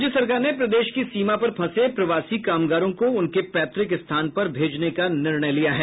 राज्य सरकार ने प्रदेश की सीमा पर फंसे प्रवासी कामगारों को उनके पैतृक स्थान पर भेजने का निर्णय लिया है